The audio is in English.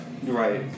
Right